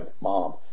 mom